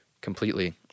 completely